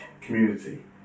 community